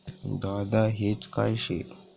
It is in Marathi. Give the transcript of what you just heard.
दादा हेज काय शे?